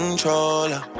controller